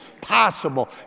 possible